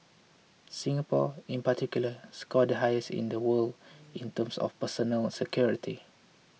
Singapore in particular scored the highest in the world in terms of personal security